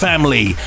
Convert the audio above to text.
Family